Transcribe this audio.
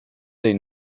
dig